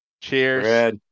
cheers